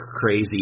crazy